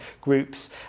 groups